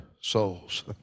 souls